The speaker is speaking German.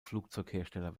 flugzeughersteller